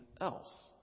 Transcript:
else